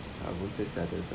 I would say saddest ah